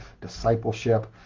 discipleship